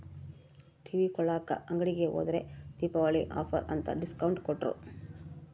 TV ಕೊಳ್ಳಾಕ ಅಂಗಡಿಗೆ ಹೋದ್ರ ದೀಪಾವಳಿ ಆಫರ್ ಅಂತ ಡಿಸ್ಕೌಂಟ್ ಕೊಟ್ರು